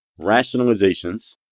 rationalizations